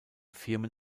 firmen